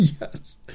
Yes